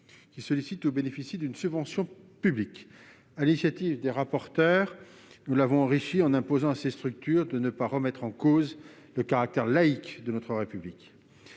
qui sollicitent une subvention publique ou en bénéficient. Sur l'initiative des rapporteurs, nous l'avons enrichi en imposant à ces structures de ne pas remettre en cause le caractère laïque de notre République.